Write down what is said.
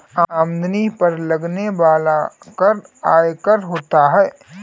आमदनी पर लगने वाला कर आयकर होता है